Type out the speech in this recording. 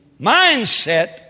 mindset